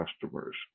customers